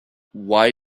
why